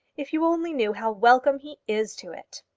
if you only knew how welcome he is to it!